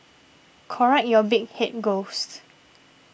correct your big head ghost